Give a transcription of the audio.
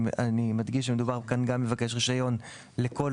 אני מדגיש שמדובר כאן גם במבקש רישיון לכל